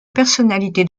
personnalité